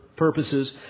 Purposes